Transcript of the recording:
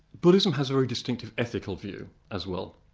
buddhism has a very distinctive ethical view as well.